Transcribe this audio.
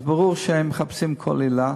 אז ברור שהם מחפשים כל עילה.